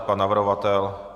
Pan navrhovatel?